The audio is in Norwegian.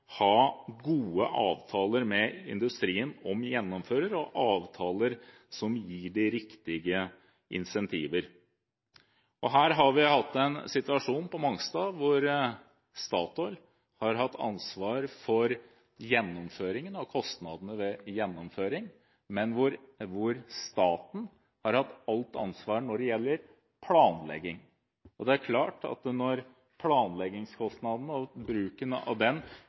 hatt en situasjon på Mongstad hvor Statoil har hatt ansvar for gjennomføringen og kostnadene ved gjennomføring, mens staten har hatt alt ansvar når det gjelder planlegging. Det er klart at når planleggingskostnadene og bruken av